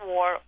War